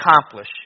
accomplish